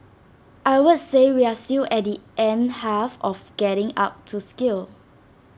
I would say we are still at the end half of getting up to scale